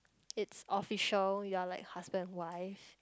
it's official you're like husband and wife